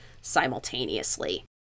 simultaneously